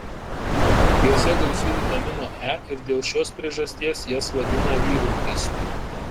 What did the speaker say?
jose gausu vitamino e ir dėl šios priežasties jas vadina vyrų maistu